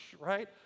Right